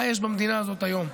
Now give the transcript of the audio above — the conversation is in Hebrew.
מה יש במדינה הזאת היום.